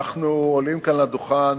אנחנו עולים כאן לדוכן